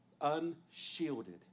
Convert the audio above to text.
unshielded